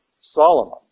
Solomon